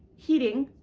heating,